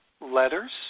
letters